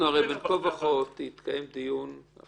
אני אומרת שמבחינה מז"פית משטרת ישראל יכולה